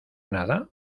nada